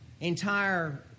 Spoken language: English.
entire